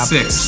Six